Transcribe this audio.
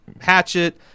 hatchet